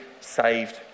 saved